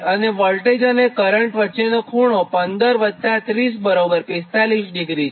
અને વોલ્ટેજ અને કરંટ વચ્ચેનો ખૂણો 15°30° 45° છે